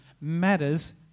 matters